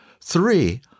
Three